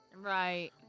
Right